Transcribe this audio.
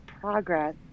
progress